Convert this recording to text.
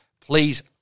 Please